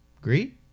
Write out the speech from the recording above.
Agree